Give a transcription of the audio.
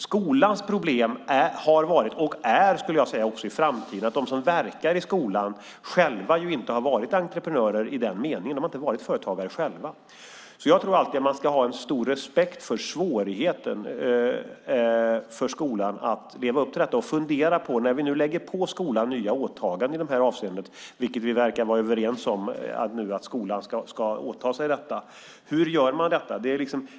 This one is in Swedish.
Skolans problem har varit och är också i framtiden, skulle jag vilja säga, att de som verkar där själva inte har varit entreprenörer i den meningen. De har inte varit företagare själva. Jag tror att man alltid ska ha en stor respekt för skolans svårighet att leva upp till detta. När vi nu lägger på skolan nya åtaganden i det här avseendet, vilket vi verkar vara överens om att vi ska göra, ska vi fråga oss hur vi gör det.